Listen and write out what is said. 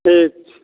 ठीक छै